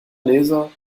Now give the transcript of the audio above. leser